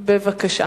בבקשה.